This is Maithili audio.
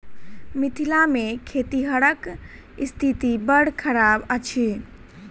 मिथिला मे खेतिहरक स्थिति बड़ खराब अछि